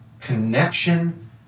connection